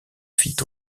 fit